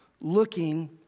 looking